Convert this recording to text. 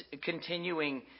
continuing